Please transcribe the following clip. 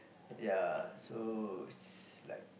ya so it's like